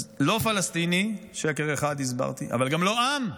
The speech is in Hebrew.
אז לא פלסטיני, שקר אחד הסברתי, אבל גם לא עם,